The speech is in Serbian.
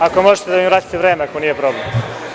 Ako možete da mi vratite vreme, ako nije problem.